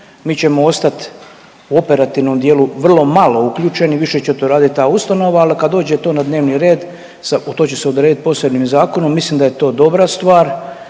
Mi ćemo ostati u operativnom dijelu vrlo malo uključeni više će to raditi ta ustanova, ali kad dođe to na dnevni red to će se odredit posebnim zakonom. Mislim da je to dobra stvar,